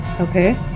Okay